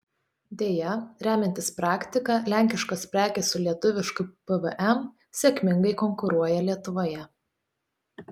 deja remiantis praktika lenkiškos prekės su lietuvišku pvm sėkmingai konkuruoja lietuvoje